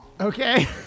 okay